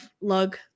lug